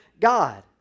God